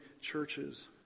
churches